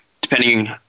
depending